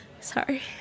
sorry